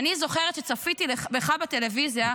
אני זוכרת שצפיתי בך בטלוויזיה,